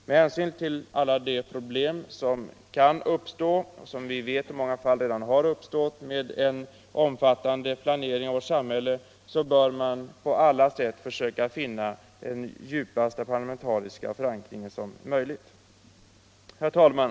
Med hänsyn till alla problem som kan uppstå, och som redan har uppstått i många fall, i samband med en omfattande planering av vårt samhälle bör man på alla sätt försöka åstadkomma djupast möjliga parlamentariska förankring i arbetet. Herr talman!